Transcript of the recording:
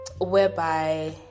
whereby